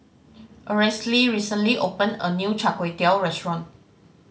Aracely recently opened a new Char Kway Teow restaurant